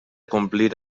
complir